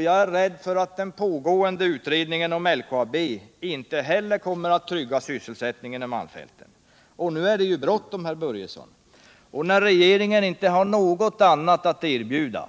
Jag är rädd för att den pågående utredningen om LKAB inte heller kommer att trygga sysselsättningen i malmfälten. Och nu är det bråttom, herr Börjesson. När regeringen inte har något annat att erbjuda